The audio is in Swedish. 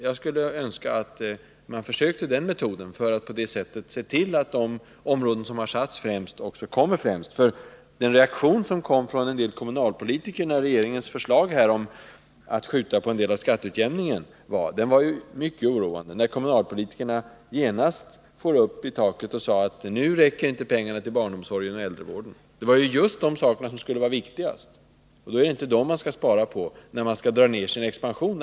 Jag skulle önska att man försökte tillämpa den metoden, för att se till att de områden som har satts främst verkligen också prioriteras. Reaktionen från en del kommunalpolitiker mot förslaget att skjuta upp en del av skatteutjämningen var mycket oroande. En del for genast upp i taket och sade: Nu räcker inte pengarna till barnomsorgen och äldrevården. Men det var just de verksamheterna som skulle sättas främst, och då är det inte dem man skall spara in på när expansionen skall minskas.